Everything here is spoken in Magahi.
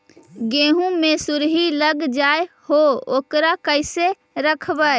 गेहू मे सुरही लग जाय है ओकरा कैसे रखबइ?